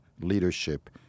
leadership